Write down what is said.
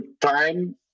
time